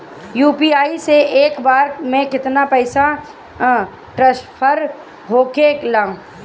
UPI से एक बार मे केतना पैसा ट्रस्फर होखे ला?